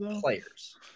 players